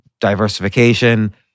diversification